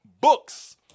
books